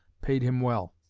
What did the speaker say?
paid him well.